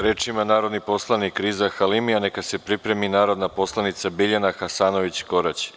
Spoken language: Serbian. Reč ima narodni poslanik Riza Halimi, a neka se pripremi narodna poslanica Biljana Hasanović Korać.